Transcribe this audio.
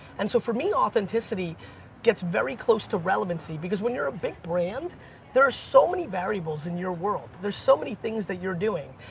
and so for me authenticity gets very close to relevancy because when you're a big brand there are so many variables in your world, there's so many things that you're doing.